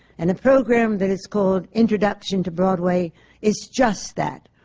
and a program that is called introduction to broadway is just that,